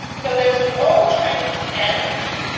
know there's an old chinese adage,